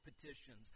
petitions